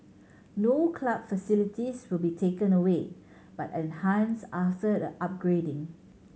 no club facilities will be taken away but enhanced after the upgrading